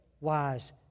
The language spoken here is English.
wise